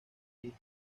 hija